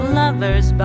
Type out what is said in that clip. lovers